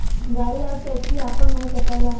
गाड़ी आउर टैक्सी आपन हो सकला